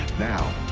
now,